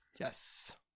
Yes